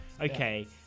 Okay